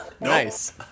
Nice